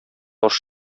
таш